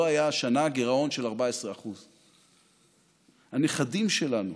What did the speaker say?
השנה לא היה גירעון של 14%. הנכדים שלנו